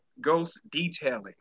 ghostdetailing